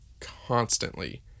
constantly